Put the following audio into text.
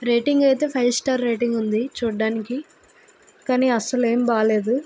rating అయితే five star rating ఉంది చూడ్డానికి కానీ అస్సలేమి బాగాలేదు